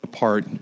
apart